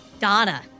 Donna